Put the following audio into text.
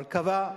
אבל קבע.